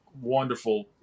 wonderful